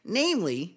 namely